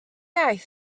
aeth